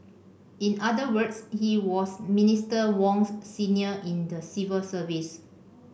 in other words he was Minister Wong's senior in the civil service